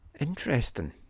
Interesting